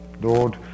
Lord